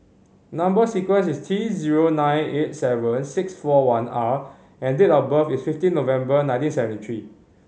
number sequence is T zero nine eight seven six four one R and date of birth is fifteen November nineteen seventy three